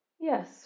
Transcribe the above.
Yes